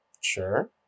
Sure